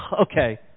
okay